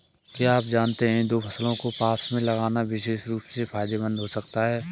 क्या आप जानते है दो फसलों को पास में लगाना विशेष रूप से फायदेमंद हो सकता है?